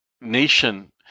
nation